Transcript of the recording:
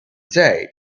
day